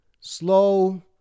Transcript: Slow